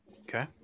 Okay